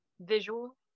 visual